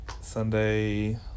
Sunday